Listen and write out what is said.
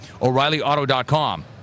O'ReillyAuto.com